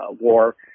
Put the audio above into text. war